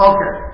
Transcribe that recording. Okay